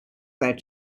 their